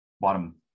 bottom